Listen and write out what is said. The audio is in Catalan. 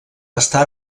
està